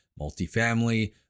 multifamily